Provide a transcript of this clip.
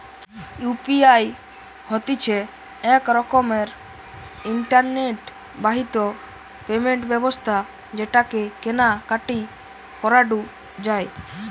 UPI হতিছে এক রকমের ইন্টারনেট বাহিত পেমেন্ট ব্যবস্থা যেটাকে কেনা কাটি করাঢু যায়